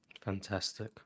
Fantastic